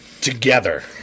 together